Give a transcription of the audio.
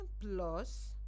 plus